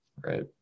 right